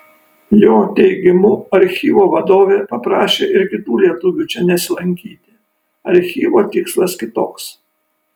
jo teigimu archyvo vadovė paprašė ir kitų lietuvių čia nesilankyti archyvo tikslas kitoks